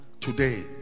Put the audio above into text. today